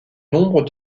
nombre